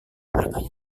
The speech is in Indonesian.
harganya